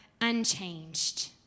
unchanged